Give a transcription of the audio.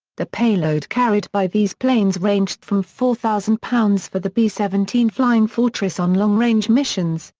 the payload carried by these planes ranged from four thousand lb for the b seventeen flying fortress on long-range missions,